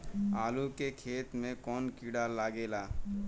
आलू के खेत मे कौन किड़ा लागे ला?